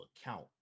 account